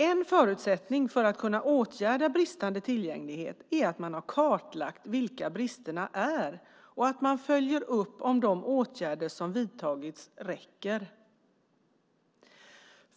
En förutsättning för att kunna åtgärda bristande tillgänglighet är att man har kartlagt vilka bristerna är och att man följer upp om de åtgärder som har vidtagits räcker.